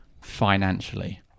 financially